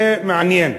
זה מעניין.